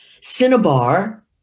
Cinnabar